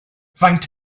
faint